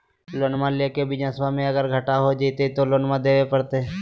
लोनमा लेके बिजनसबा मे अगर घाटा हो जयते तो लोनमा देवे परते?